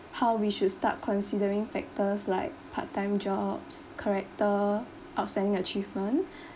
how we should start considering factors like part time jobs character outstanding achievement